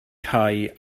cau